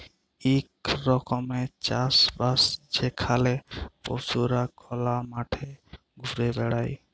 ইক রকমের চাষ বাস যেখালে পশুরা খলা মাঠে ঘুরে বেড়ায়